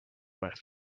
but